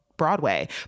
Broadway